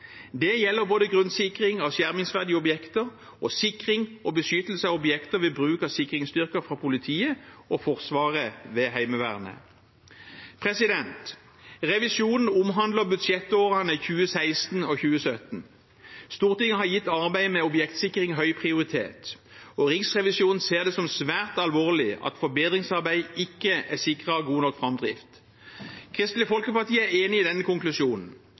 Det gjelder både grunnsikring av skjermingsverdige objekter og sikring og beskyttelse av objekter ved bruk av sikringsstyrker fra politiet og Forsvaret, ved Heimevernet. Revisjonen omhandler budsjettårene 2016 og 2017. Stortinget har gitt arbeidet med objektsikring høy prioritet, og Riksrevisjonen ser det som svært alvorlig at forbedringsarbeidet ikke er sikret god nok framdrift. Kristelig Folkeparti er enig i denne konklusjonen.